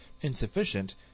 insufficient